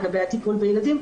לגבי הטיפול בילדים,